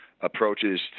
approaches